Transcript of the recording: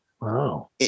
wow